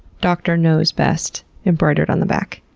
dr. nose best embroidered on the back?